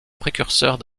précurseurs